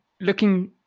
looking